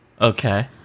Okay